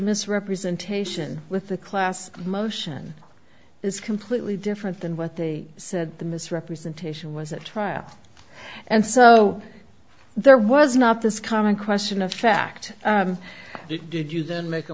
misrepresentation with the class motion is completely different than what they said the misrepresentation was at trial and so there was not this common question of fact